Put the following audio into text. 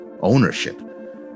ownership